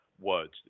words